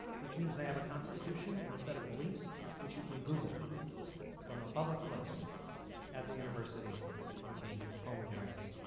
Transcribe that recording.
which means they have a constitution and a set of beliefs which you can google from a public place at the university or the home of your ex.